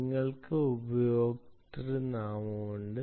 നിങ്ങൾക്ക് ഉപയോക്തൃനാമമുണ്ട്